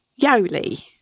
Yoli